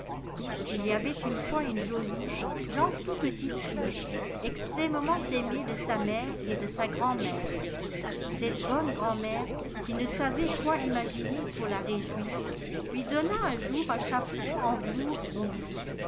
il y avait une fois une jolie gentille petite fille extrêmement aimée de sa mère et de sa grand'mère cette bonne grand'mère qui ne savait quoi imaginer pour la réjouir lui donna un jour un chaperon en velours rouge